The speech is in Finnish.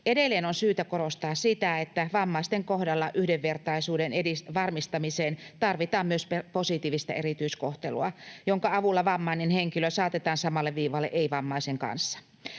Edelleen on syytä korostaa sitä, että vammaisten kohdalla yhdenvertaisuuden varmistamiseen tarvitaan myös positiivista erityiskohtelua, jonka avulla vammainen henkilö saatetaan samalle viivalle ei-vammaisen kanssa.